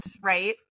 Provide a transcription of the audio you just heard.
Right